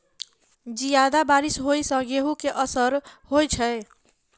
जियादा बारिश होइ सऽ गेंहूँ केँ असर होइ छै?